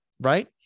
Right